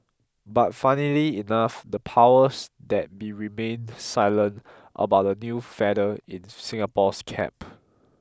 but funnily enough the powers that be remained silent about the new feather in Singapore's cap